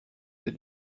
des